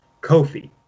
kofi